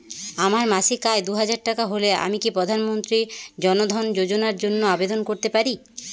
আমার মাসিক আয় দুহাজার টাকা হলে আমি কি প্রধান মন্ত্রী জন ধন যোজনার জন্য আবেদন করতে পারি?